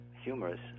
humorous